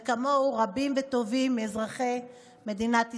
וכמוהו רבים וטובים מאזרחי מדינת ישראל.